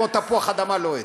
כמו תפוח אדמה לוהט.